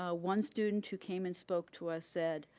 ah one student who came and spoke to us said,